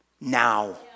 now